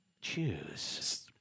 Choose